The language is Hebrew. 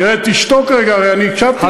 תחנך את החברים שלך.